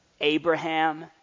Abraham